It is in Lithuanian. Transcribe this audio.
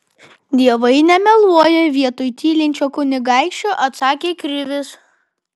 dievai nemeluoja vietoj tylinčio kunigaikščio atsakė krivis